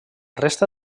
resta